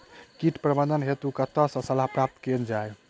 कीट प्रबंधन हेतु कतह सऽ सलाह प्राप्त कैल जाय?